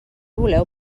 voleu